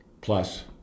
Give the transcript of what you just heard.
Plus